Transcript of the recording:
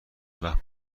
وقت